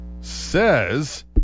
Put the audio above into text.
says